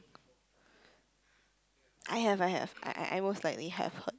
I have I have I I most likely have heard